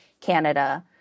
Canada